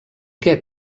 què